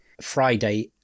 Friday